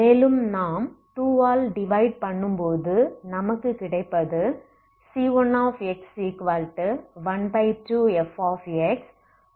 மேலும் நாம் 2 ஆல் டிவைட் பண்ணும் பொது நமக்கு கிடப்பது c1x12fx 12cx0xgsds 12c2x0 c1